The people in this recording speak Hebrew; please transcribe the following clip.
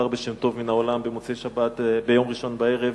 שנפטר בשם טוב מן העולם ביום ראשון בערב,